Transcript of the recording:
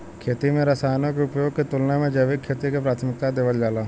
खेती में रसायनों के उपयोग के तुलना में जैविक खेती के प्राथमिकता देवल जाला